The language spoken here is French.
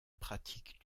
pratique